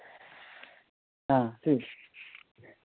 हां ठीक